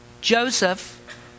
Joseph